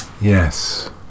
Yes